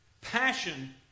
Passion